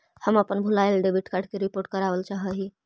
हम अपन भूलायल डेबिट कार्ड के रिपोर्ट करावल चाह ही